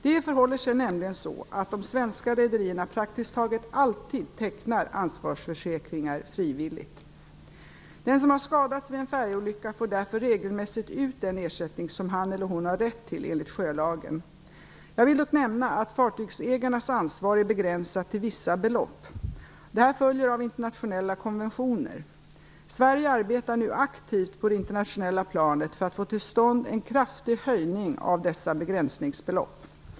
Det förhåller sig nämligen så, att de svenska rederierna praktiskt taget alltid tecknar ansvarsförsäkringar frivilligt. Den som har skadats vid en färjeolycka får därför regelmässigt ut den ersättning som han eller hon har rätt till enligt sjölagen. Jag vill dock nämna att fartygsägarens ansvar är begränsat till vissa belopp. Detta följer av internationella konventioner. Sverige arbetar nu aktivt på det internationella planet för att få till stånd en kraftig höjning av dessa begränsningsbelopp.